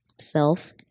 self